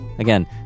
Again